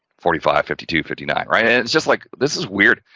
forty five, fifty two, fifty nine, right, it's just like this is weird,